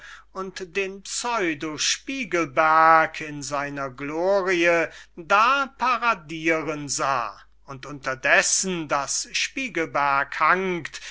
und den pseudo spiegelberg in seiner glorie da paradiren sah und unterdessen daß spiegelberg hangt